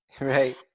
Right